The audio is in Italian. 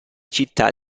città